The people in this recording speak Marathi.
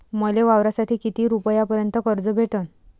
मले वावरासाठी किती रुपयापर्यंत कर्ज भेटन?